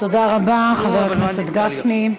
תודה רבה לחבר הכנסת גפני.